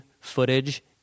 footage